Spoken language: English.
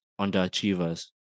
Underachievers